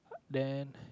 then